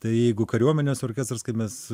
tai jeigu kariuomenės orkestras kaip mes